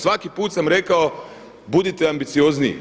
Svaki put sam rekao budite ambiciozniji.